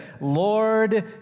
Lord